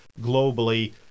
globally